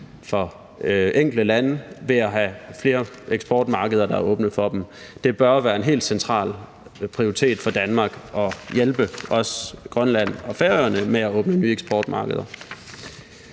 fra enkelte lande ved at have flere eksportmarkeder, der er åbne for dem. Det bør være en helt central prioritet for Danmark at hjælpe også Grønland og Færøerne med at åbne nye eksportmarkeder.